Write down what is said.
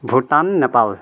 Bhutan Nepal